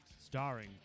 starring